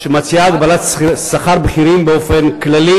שמציעה הגבלת שכר בכירים באופן כללי,